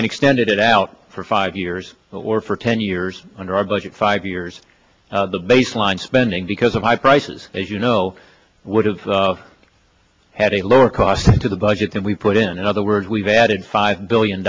and extended it out for five years or for ten years under our budget five years the baseline spending because of high prices as you know would have had a lower cost to the budget than we put in other words we've added five billion